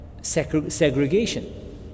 segregation